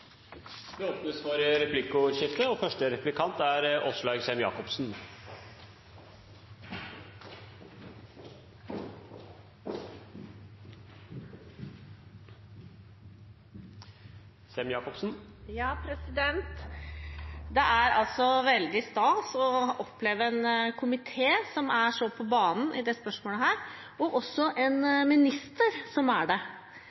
Det blir replikkordskifte. Det er veldig stas å oppleve en komité som er så på banen i dette spørsmålet, og også en minister som er det.